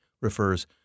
refers